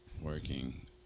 working